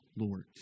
Lord